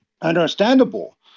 understandable